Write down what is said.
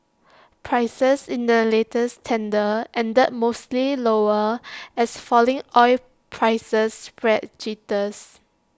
prices in the latest tender ended mostly lower as falling oil prices spread jitters